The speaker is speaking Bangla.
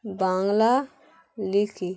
বাংলা লিখি